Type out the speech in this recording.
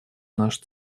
наш